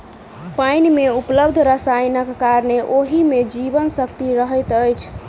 पाइन मे उपलब्ध रसायनक कारणेँ ओहि मे जीवन शक्ति रहैत अछि